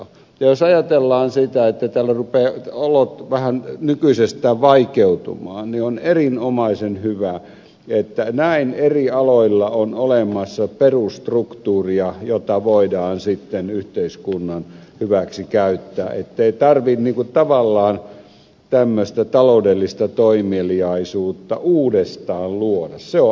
ja jos ajatellaan sitä että täällä rupeaa olot vähän nykyisestään vaikeutumaan niin on erinomaisen hyvä että näin eri aloilla on olemassa perusstruktuuria jota voidaan sitten yhteiskunnan hyväksi käyttää että ei tarvitse tavallaan tämmöistä taloudellista toimeliaisuutta uudestaan luoda se on aika hankalaa